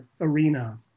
arena